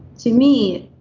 to me,